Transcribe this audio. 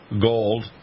gold